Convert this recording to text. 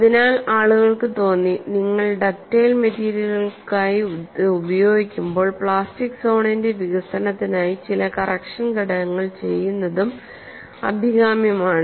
അതിനാൽ ആളുകൾക്ക് തോന്നി നിങ്ങൾ ഡക്റ്റൈൽ മെറ്റീരിയലുകൾക്കായി ഇത് ഉപയോഗിക്കുമ്പോൾ പ്ലാസ്റ്റിക് സോണിന്റെ വികസനത്തിനായി ചില കറക്ഷൻ ഘടകങ്ങൾ ചെയ്യുന്നതും അഭികാമ്യമാണ്